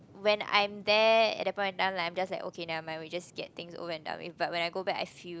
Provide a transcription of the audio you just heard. when I'm there at the point of time like I'm like just okay never mind we just get things over and done with but when I go back I feel